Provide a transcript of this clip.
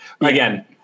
again